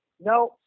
No